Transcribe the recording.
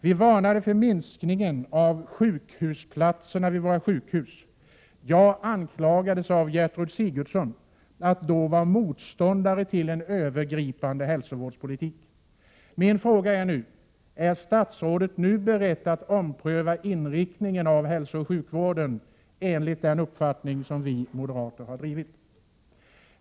Vi varnade för minskningen av sjukhusplatserna. Jag anklagades av Gertrud Sigurdsen för att vara motståndare till en övergripande hälsovårdspolitik. Min fråga är nu: Är statsrådet nu beredd att ompröva inriktningen av hälsooch sjukvården enligt den uppfattning som vi moderater har drivit?